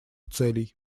целей